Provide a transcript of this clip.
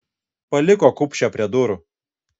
paliko kupšę prie durų